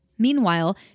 Meanwhile